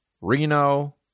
Reno